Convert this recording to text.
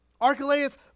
Archelaus